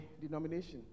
denomination